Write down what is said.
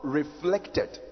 reflected